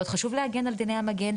מאוד חשוב להגן על דיני המגן,